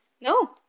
No